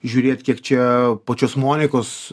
žiūrėt kiek čia pačios monikos